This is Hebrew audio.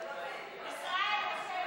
2016,